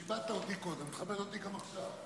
כיבדת אותי קודם, כבד אותי גם עכשיו.